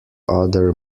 other